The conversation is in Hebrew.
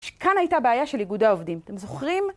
שכאן הייתה בעיה של איגודי העובדים, אתם זוכרים?